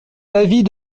l’avis